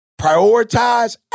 Prioritize